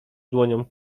dłonią